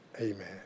Amen